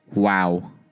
Wow